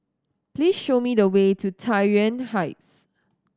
please show me the way to Tai Yuan Heights